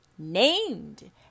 named